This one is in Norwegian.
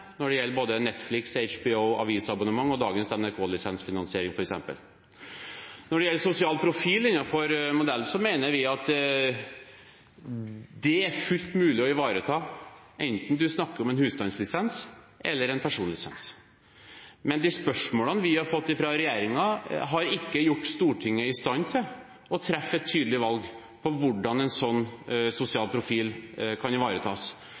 når det gjelder både Netflix, HBO og avisabonnement og dagens NRK-lisensfinansiering, f.eks. Når det gjelder sosial profil innenfor modellen, mener vi at det er fullt mulig å ivareta, enten man snakker om en husstandslisens eller en personlisens. Men de svarene vi har fått fra regjeringen, har ikke gjort Stortinget i stand til å treffe et tydelig valg for hvordan en sånn sosial profil kan ivaretas.